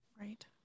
Right